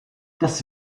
das